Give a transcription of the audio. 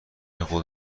خود